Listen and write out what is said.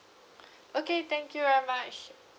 okay thank you very much